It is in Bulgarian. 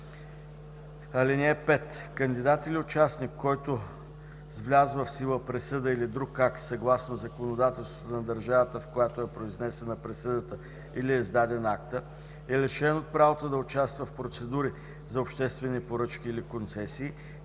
(5) Кандидат или участник, който с влязла в сила присъда или друг акт, съгласно законодателството на държавата, в която е произнесена присъдата или е издаден актът, е лишен от правото да участва в процедури за обществени поръчки или концесии,